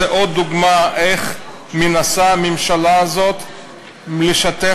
זה עוד דוגמה איך מנסה הממשלה הזאת לשתף